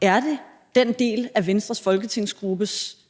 Er det den del af Venstres folketingsgruppes